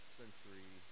century